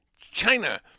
China